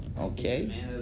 Okay